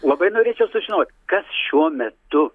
labai norėčiau sužinot kas šiuo metu